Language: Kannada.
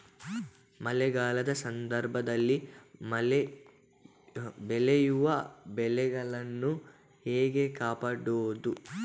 ಮಳೆಗಾಲದ ಸಂದರ್ಭದಲ್ಲಿ ಬೆಳೆಯುವ ಬೆಳೆಗಳನ್ನು ಹೇಗೆ ಕಾಪಾಡೋದು?